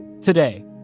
Today